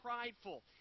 prideful